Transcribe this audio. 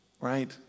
right